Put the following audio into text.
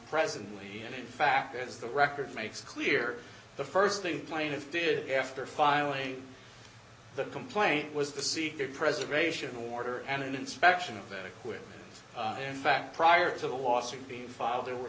presently and in fact is the record makes clear the st thing plaintiff did after filing the complaint was the secret preservation order and inspection of it were in fact prior to the lawsuit being filed there were